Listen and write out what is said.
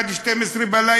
עד 12 בלילה.